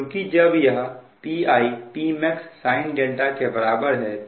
क्योंकि जब यह Pi Pmax sin के बराबर है